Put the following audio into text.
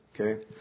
Okay